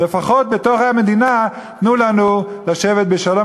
לפחות בתוך המדינה תנו לנו לשבת בשלום.